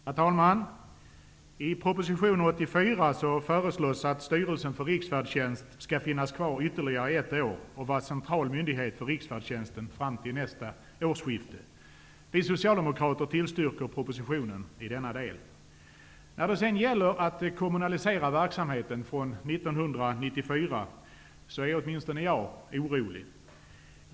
Herr talman! I proposition 84 föreslås att styrelsen för Riksfärdtjänst skall vara kvar ytterligare ett år och vara central myndighet för riksfärdtjänsten fram till nästa årsskifte. Vi socialdemokrater tillstyrker propositionens förslag i denna del. När det sedan gäller att kommunalisera verksamheten från 1994, är åtminstone jag orolig.